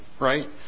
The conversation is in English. right